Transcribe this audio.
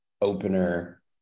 opener